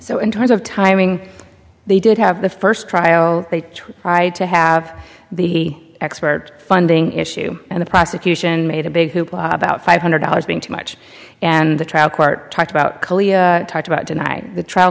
so in terms of timing they did have the first trial they tried to have the expert funding issue and the prosecution made a big hoopla about five hundred dollars being too much and the trial court talked about kaliya talked about denying the trial